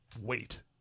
wait